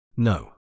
No